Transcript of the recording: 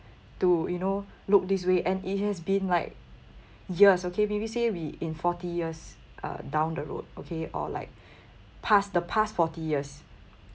to you know look this way and it has been like years okay maybe say we in forty years uh down the road okay or like past the past forty years